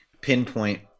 pinpoint